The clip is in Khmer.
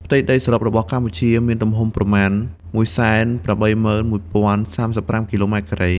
ផ្ទៃដីសរុបរបស់ប្រទេសកម្ពុជាមានទំហំប្រមាណ ១៨១.០៣៥ គីឡូម៉ែត្រការ៉េ។